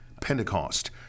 Pentecost